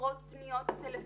בעשרות פניות טלפוניות,